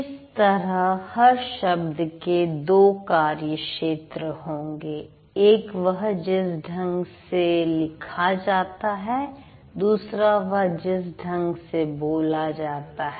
इस तरह हर शब्द के दो कार्य क्षेत्र होंगे एक वह जिस ढंग से लिखा जाता है दूसरा वह जिस ढंग से बोला जाता है